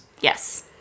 Yes